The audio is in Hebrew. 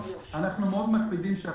אנחנו מקפידים.